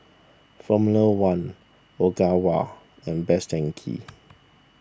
formula one Ogawa and Best Denki